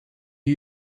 you